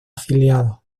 afiliados